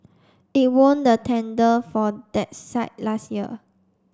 it won the tender for that site last year